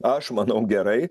aš manau gerai